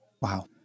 Wow